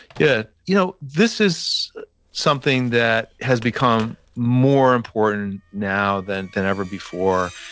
yeah. you know this is something that has become more important now than than ever before.